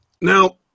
Now